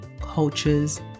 cultures